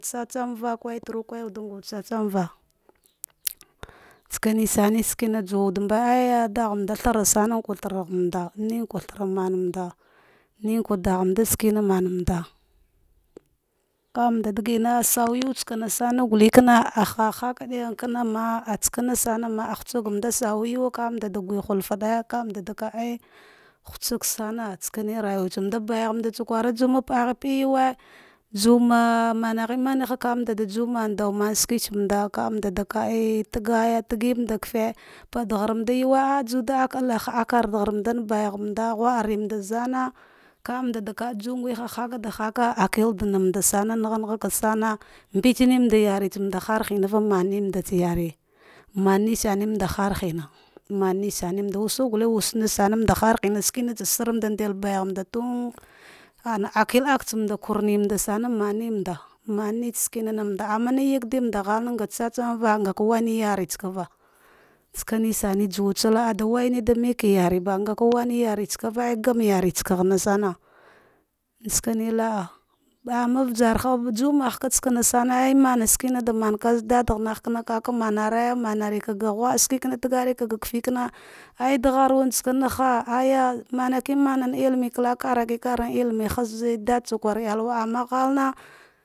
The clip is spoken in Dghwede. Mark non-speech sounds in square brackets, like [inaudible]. Tsatsamva [unintelligible] gurturu vewaya wude ngate tsatsa nga wuch tsatsanva shikine sane ske juwud mbe aya dathmanda thara, tharagh manda nekwe thara manmanda, naka dagha skemanda kwe, kamande digire sawa yuutsana sana kana ah haha hadima tsana sama da sawe yuwa ka wude gui hufada vau ghutsagsana uh rayuwa ghmanda badthmand tsa kura paahghe paah yuwe juma maghemamehe vema juman danman ska tsanda akamanda vaevgaya tagi manda vete padaragh mand yuwe ah juwa da daka ale nkardarmand bah manda, ghuarapmand za na vanda kaa junguhe haka akel damamsana nagh neghve sama mbenemanda yaritsanda har hina va maremand natsa yare manesane manda harhina man nsarie manda har tina samudel bal ghmand tu ala akel thanda kwarnisanda marene manda, nayidam and halna ngatetsa tsanva ngava wakine yartisarva savane sane juwatsa kah da wanide make yari ba ngava wuriyatsava ah ganetsa ghamasane sakane lagh ama ujarha jumansane nashukine da maka har dada neghka ka manaray kovade ghudashramu tage ga kafe kana adaghu savaha aya mana dimereal al kariku kome hime haz dadatsa iyalwa ama. [unintelligible]